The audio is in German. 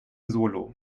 solo